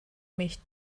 mich